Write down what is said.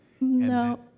no